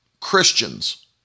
Christians